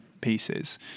pieces